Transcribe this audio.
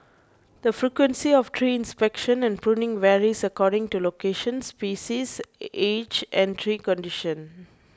the frequency of tree inspection and pruning varies according to location species age and tree condition